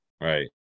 right